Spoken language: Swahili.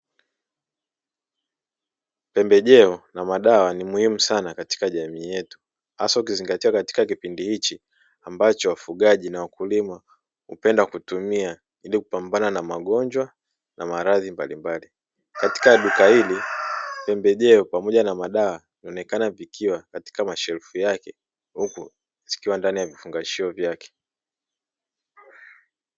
Pembejeo na madawa ni muhimu sana katika jamii yetu, hasa ukizingatia katika kipindi hichi ambacho wafugaji na wakulima hupenda kutumia ili kupambana na magonjwa na maradhi mbalimbali, katika duka hili pembejeo pamoja na madawa zinaonekana zikiwa katika sehemu yake huku zikiwa ndani ya vifungashio vyake.